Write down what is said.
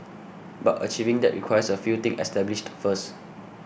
but achieving that requires a few things established first